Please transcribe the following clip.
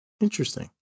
Interesting